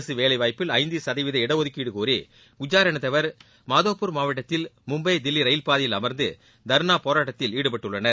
அரசுவேலைவாய்ப்பில் ஐந்துசதவீத இடஒதுக்கீடுகோரி குஜ்ஜார் இனத்தவர் மாதோப்பூர் மாவட்டத்தில் மும்பை தில்லிரயில்பாதையில் அமர்ந்துதர்ணாபோராட்டத்தில் ஈடுபட்டுள்ளனர்